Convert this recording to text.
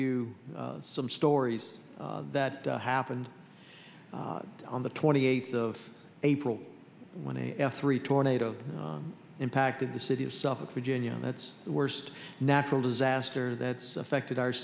you some stories that happened on the twenty eighth of april when a f three tornado impacted the city of suffolk virginia and that's the worst natural disaster that's affected our